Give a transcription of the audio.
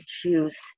choose